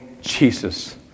Jesus